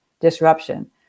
disruption